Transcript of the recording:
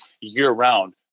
year-round